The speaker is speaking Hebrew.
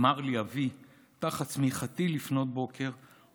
אמר לי אבי תחת שמיכתי לפנות בוקר,